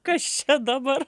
kas čia dabar